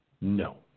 No